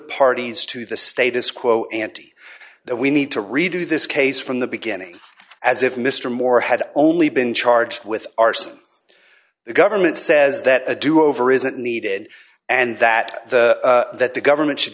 parties to the status quo ante that we need to redo this case from the beginning as if mr moore had only been charged with arson the government says that a do over isn't needed and that the that the government should